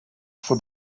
for